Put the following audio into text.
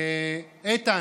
איתן,